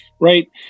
Right